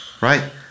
Right